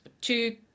two